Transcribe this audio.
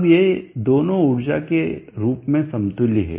अब ये दोनों ऊर्जा के रूप में समतुल्य हैं